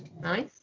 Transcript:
Nice